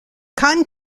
cotton